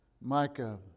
Micah